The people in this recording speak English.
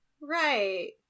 Right